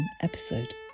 episode